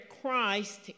Christ